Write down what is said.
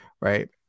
Right